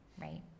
right